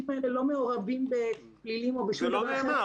האלה לא מעורבים בפלילים או בשום דבר אחר --- זה לא נאמר.